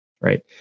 right